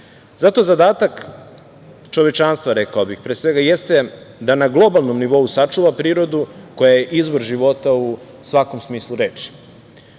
EU.Zato zadatak čovečanstva, rekao bih, pre svega, jeste da na globalnom nivou sačuva prirodu koja je izvor života u svakom smislu reči.U